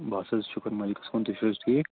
بس حظ شُکُر مٲلکس کُن تُہۍ چھُو حظ ٹھیٖک